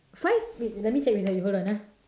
five wait you let me check with her you hold on ah